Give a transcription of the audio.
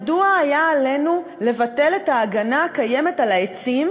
מדוע היה עלינו לבטל את ההגנה הקיימת על העצים,